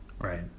Right